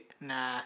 Nah